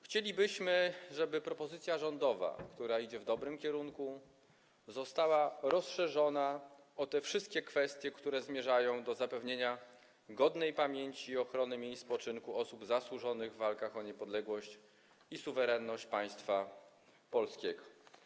Chcielibyśmy, żeby propozycja rządowa, która idzie w dobrym kierunku, została rozszerzona o te wszystkie kwestie, które zmierzają do zapewnienia godnej pamięci i ochrony miejsc spoczynku osób zasłużonych w walkach o niepodległość i suwerenność państwa polskiego.